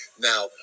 Now